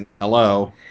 Hello